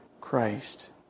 Christ